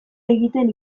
egiten